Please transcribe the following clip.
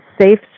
safe